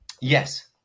Yes